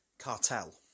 cartel